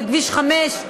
בכביש 5,